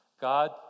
God